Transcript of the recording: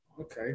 Okay